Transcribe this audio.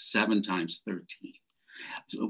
seven times